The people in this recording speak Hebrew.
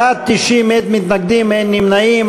בעד 90, אין מתנגדים ואין נמנעים.